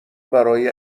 برای